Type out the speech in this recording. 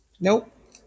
Nope